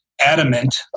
adamant